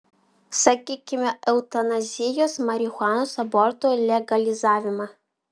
sakykime eutanazijos marihuanos abortų legalizavimą